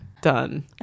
Done